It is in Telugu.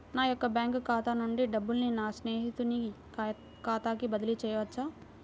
నా యొక్క బ్యాంకు ఖాతా నుండి డబ్బులను నా స్నేహితుని ఖాతాకు బదిలీ చేయవచ్చా?